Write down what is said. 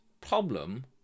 problem